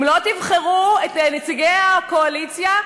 אם לא תבחרו את נציגי הקואליציה,